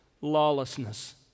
lawlessness